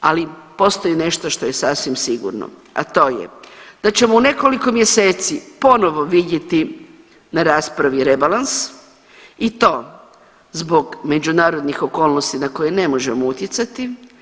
Ali postoji nešto što je sasvim sigurno, a to je da ćemo u nekoliko mjeseci ponovno vidjeti na raspravi rebalans i to zbog međunarodnih okolnosti na koje ne možemo utjecati.